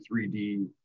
3D